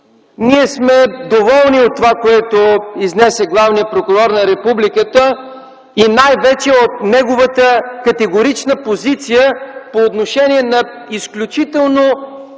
ние сме доволни от това, което изнесе главният прокурор на републиката и най-вече от неговата категорична позиция по отношение на изключително